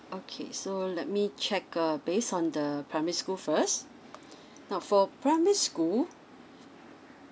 okay so let me check err based on the primary school first now for primary school